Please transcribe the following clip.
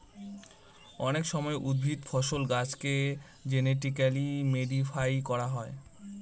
অনেক সময় উদ্ভিদ, ফসল, গাছেকে জেনেটিক্যালি মডিফাই করা হয়